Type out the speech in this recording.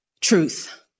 Truth